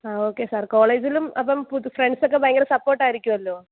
ആ okay sir കോളേജിലും അപ്പം പുതു ഫ്രണ്ട്സ് ഒക്കെ ഭയങ്കര സപ്പോർട്ട് ആയിരിക്കുമല്ലോ